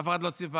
אף אחד לא ציפה,